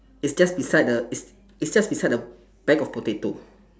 it's just beside the it's it's just beside the bag of potato